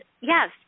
yes